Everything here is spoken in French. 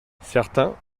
certains